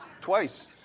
Twice